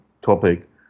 topic